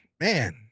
man